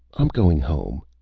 i'm going home.